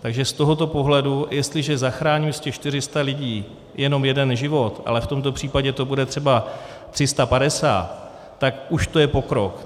Takže z tohoto pohledu jestliže zachráním z těch 400 lidí jenom jeden život, ale v tomto případě to bude třeba 350, tak už to je pokrok.